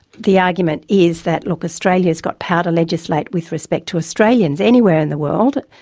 the argument is that, look, australia's got power to legislate with respect to australians anywhere in the world,